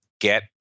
get